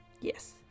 Yes